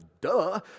Duh